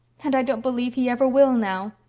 and i don't believe he ever will now.